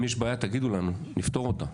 אם יש בעיה תגידו לנו, נפתור אותה.